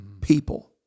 people